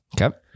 Okay